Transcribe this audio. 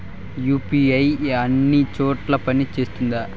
UPI అన్ని చోట్ల పని సేస్తుందా?